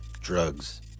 drugs